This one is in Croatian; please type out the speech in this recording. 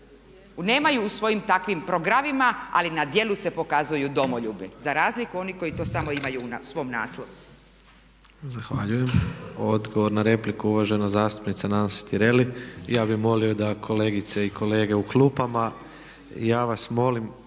nemaju u svojim takvim programima ali na djelu se pokazuju domoljubnim, za razliku onih koji to samo imaju u svom naslovu.